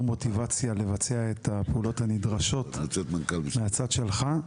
מוטיבציה לבצע את הפעולות הנדרשות מהצד שלך.